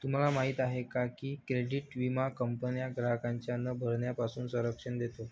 तुम्हाला माहिती आहे का की क्रेडिट विमा कंपन्यांना ग्राहकांच्या न भरण्यापासून संरक्षण देतो